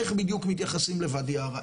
איך בדיוק מתייחסים לוואדי ערה,